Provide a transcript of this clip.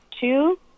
two